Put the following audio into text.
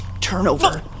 turnover